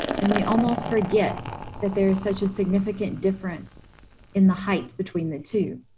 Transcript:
and we almost forget that there is such a significant difference in the height between the two.